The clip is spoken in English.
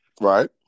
Right